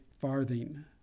farthing